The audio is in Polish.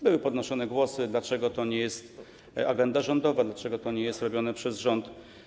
Były głosy, pytania, dlaczego to nie jest agenda rządowa, dlaczego to nie jest robione przez rząd.